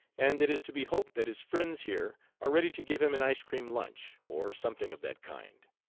and it is to be hoped that his friends here are ready to give him an ice-cream lunch, or something of that kind.